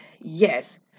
Yes